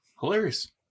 Hilarious